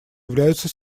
являются